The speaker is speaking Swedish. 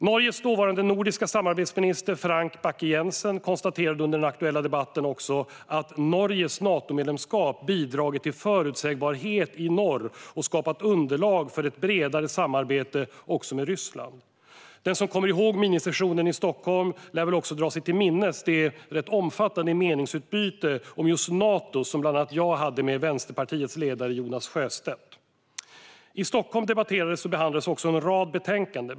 Norges dåvarande nordiska samarbetsminister Frank Bakke-Jensen konstaterade under den aktuella debatten också att Norges Natomedlemskap bidragit till förutsägbarhet i norr och skapat underlag för ett bredare samarbete också med Ryssland. Den som kommer ihåg minisessionen i Stockholm lär väl också dra sig till minnes det rätt omfattande meningsutbyte om just Nato som bland annat jag hade med Vänsterpartiets ledare Jonas Sjöstedt. I Stockholm debatterades och behandlandes också en rad betänkanden.